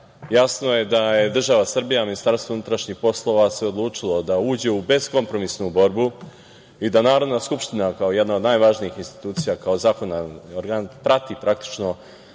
jasno je da je država Srbija, MUP se odlučilo da uđe u beskompromisnu borbu i da Narodna skupština, kao jedna od najvažnijih institucija, kao zakonodavni organ, prati praktično